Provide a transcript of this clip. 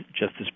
Justice